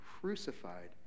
crucified